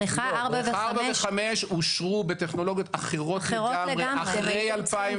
בריכה 4 ו-5 אושרו בטכנולוגיות אחרות לגמרי אחרי 2017. אחרות לגמרי.